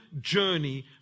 journey